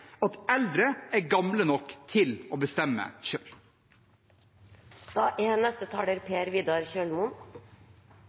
at eldre er gamle nok til å bestemme